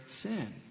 sin